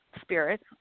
spirit